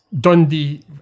Dundee